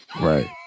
right